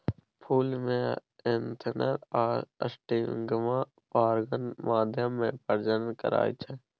फुल मे एन्थर आ स्टिगमा परागण माध्यमे प्रजनन करय छै